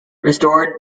restored